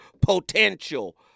Potential